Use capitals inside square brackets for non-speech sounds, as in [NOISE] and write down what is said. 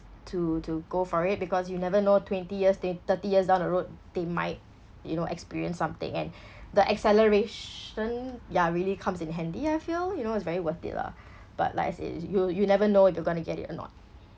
to to go for it because you never know twenty years tw~ thirty years down the road they might you know experience something and [BREATH] the acceleration ya really comes in handy I feel you know it's very worth it lah [BREATH] but like as I said you you'll never know you're gonna get it or not